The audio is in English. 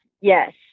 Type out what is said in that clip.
Yes